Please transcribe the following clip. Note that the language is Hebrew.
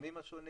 במיזמים השונים